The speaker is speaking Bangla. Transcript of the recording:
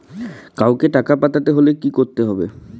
কাওকে টাকা পাঠাতে হলে কি করতে হবে?